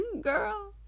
Girl